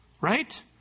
right